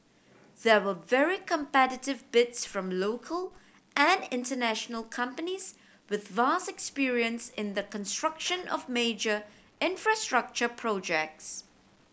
there were very competitive bids from local and international companies with vast experience in the construction of major infrastructure projects